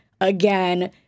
again